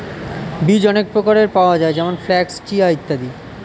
বীজ অনেক প্রকারের পাওয়া যায় যেমন ফ্ল্যাক্স, চিয়া ইত্যাদি